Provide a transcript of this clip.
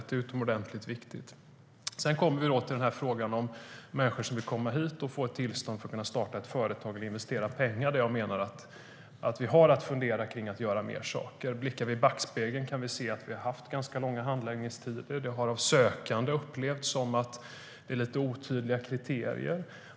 Det är utomordentligt viktigt. Sedan kommer vi till frågan om människor som vill komma hit och få tillstånd att starta ett företag eller investera pengar. Där menar jag att vi har att fundera kring att göra mer saker. Blickar vi i backspegeln kan vi se att vi har haft ganska långa handläggningstider. Det har av sökande upplevts som att det är lite otydliga kriterier.